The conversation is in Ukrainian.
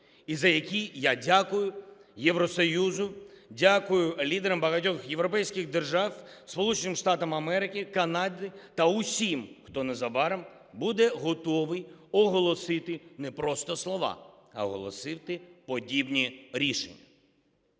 і за які я дякую Євросоюзу, дякую лідерам багатьох європейських держав, Сполученим Штатам Америки, Канаді та усім, хто незабаром буде готовий оголосити не просто слова, а оголосити подібні рішення.